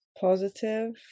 positive